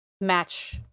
match